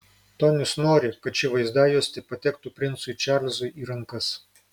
tonis nori kad ši vaizdajuostė patektų princui čarlzui į rankas